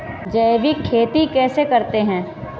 जैविक खेती कैसे करते हैं?